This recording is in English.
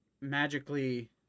magically